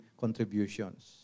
contributions